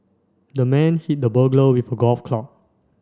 the man hit the burglar with a golf club